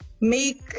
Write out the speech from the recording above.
make